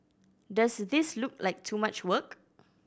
does this look like too much work